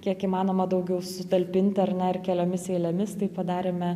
kiek įmanoma daugiau sutalpinti ar ne ir keliomis eilėmis tai padarėme